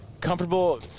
comfortable